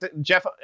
Jeff